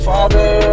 Father